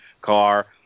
car